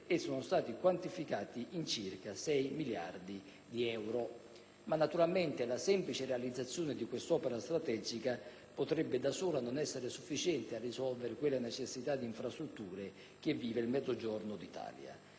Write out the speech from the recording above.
e sono stati quantificati in circa 6 miliardi di euro. Naturalmente, la semplice realizzazione di quest'opera strategica potrebbe da sola non essere sufficiente a risolvere la necessità di infrastrutture del Mezzogiorno d'Italia.